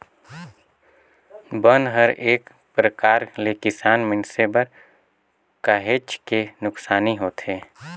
बन हर एक परकार ले किसान मइनसे बर काहेच के नुकसानी होथे